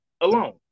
alone